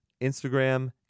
Instagram